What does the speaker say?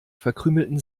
verkrümelten